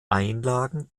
einlagen